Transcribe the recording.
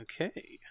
Okay